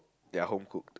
they're home cooked